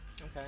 Okay